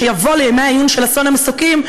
שיבוא לימי העיון של אסון המסוקים,